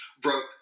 broke